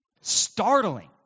startling